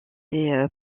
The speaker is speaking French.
ses